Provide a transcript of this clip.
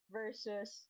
versus